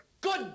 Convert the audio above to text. good